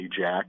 Jack